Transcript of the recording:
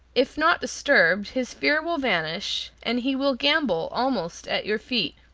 if not disturbed, his fear will vanish, and he will gambol almost at your feet.